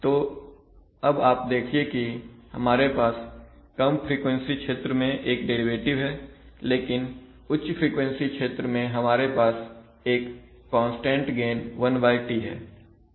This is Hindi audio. तो अब आप देखिए कि हमारे पास कम फ्रीक्वेंसी क्षेत्र में एक डेरिवेटिव है लेकिन उच्च फ्रीक्वेंसी क्षेत्र में हमारे पास एक कांस्टेंट गेन 1T है